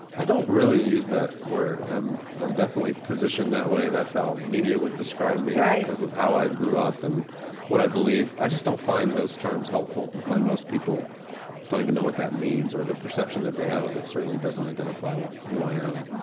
i don't really use that word. i'm um definitely positioned that way. that's how media would describe me because of how i grew up and what i believe. i just don't find those terms helpful. i find most people don't even know what that means or the perception that they have of it certainly doesn't identify with who i am.